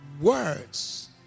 words